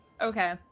Okay